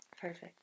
Perfect